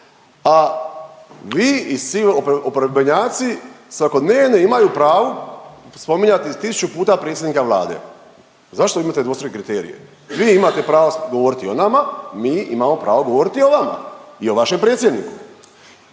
a vi svi oporbenjaci svakodnevno imaju pravo spominjati tisuću puta predsjednika Vlade. Zašto imate dvostruke kriterije? Vi imate pravo govoriti pravo o nama, mi imamo pravo govoriti o vama i o vašem predsjedniku